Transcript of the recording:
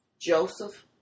Joseph